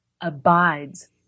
abides